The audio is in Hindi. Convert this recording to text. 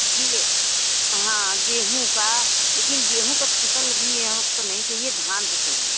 जी ये हाँ गेहूँ का लेकिन गेहूँ का तो फसल भी यहाँ पर नहीं चाहिए धान का चाहिए